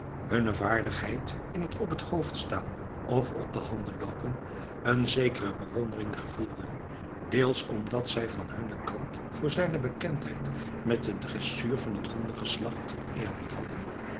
hunne vaardigheid in het op het hoofd staan of op de handen loopen een zekere bewondering gevoelde deels omdat zij van hunnen kant voor zijne bekendheid met de dressuur van het hondengeslacht eerbied hadden